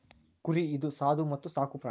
ಕುರಿ ಇದು ಸಾದು ಮತ್ತ ಸಾಕು ಪ್ರಾಣಿ